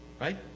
Right